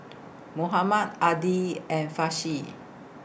Muhammad Adi and Farish